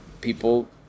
people